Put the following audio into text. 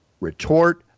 retort